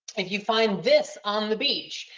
if you find this on the beach,